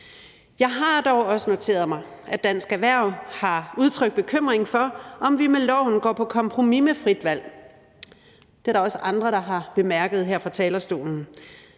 Jeg har dog også noteret mig, at Dansk Erhverv har udtrykt bekymring for, om vi med loven går på kompromis med frit valg. Det er der også andre der har bemærket her fra talerstolen.